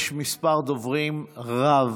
יש מספר דוברים רב.